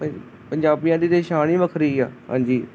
ਪੰ ਪੰਜਾਬੀਆਂ ਦੀ ਤਾਂ ਸ਼ਾਨ ਹੀ ਵੱਖਰੀ ਆ ਹਾਂਜੀ